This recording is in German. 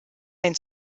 ein